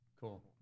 cool